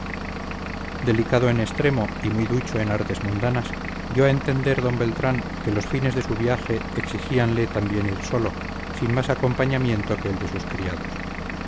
delicado en extremo y muy ducho en artes mundanas dio a entender d beltrán que los fines de su viaje exigíanle también ir solo sin más acompañamiento que el de sus criados